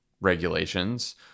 regulations